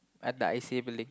at the I_C_A building